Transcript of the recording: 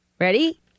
Ready